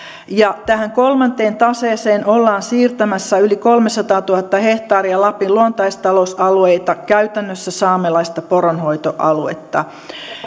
ja tähän kolmanteen taseeseen ollaan siirtämässä yli kolmesataatuhatta hehtaaria lapin luontaistalousalueita käytännössä saamelaista poronhoitoaluetta